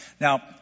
Now